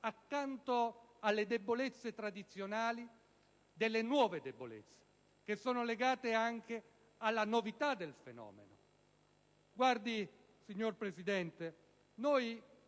accanto alle debolezze tradizionali, delle nuove debolezze che sono legate anche alla novità del fenomeno. Signor Presidente, noi